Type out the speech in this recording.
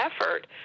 effort